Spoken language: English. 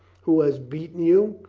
who has beaten you?